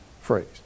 phrase